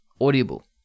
Audible